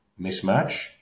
mismatch